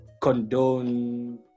condone